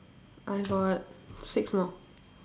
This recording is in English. I've got six more